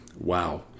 wow